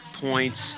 points